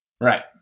Right